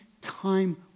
time